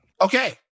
Okay